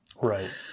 Right